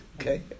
okay